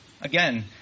Again